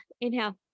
inhale